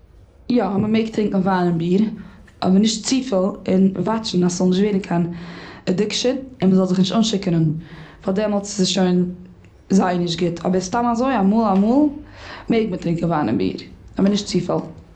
יא מ'מעג טרינקען וויין און ביר, אבער נישט צופיל, און וואטשן אז ס'זאל נישט ווערן קיין עדיקשאן, און מ'זאל זיך נישט אנשיכור'ען, ווייל דעמאלטס איז עס שוין זייער נישט גוט. אבער סתם אזוי אמאל אמאל ,מעג מען טרינקען וויין און ביר אבער נישט צופיל.